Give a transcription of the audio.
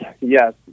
yes